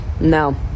No